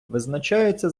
визначаються